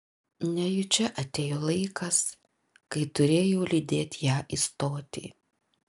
nejučia atėjo laikas kai turėjau lydėt ją į stotį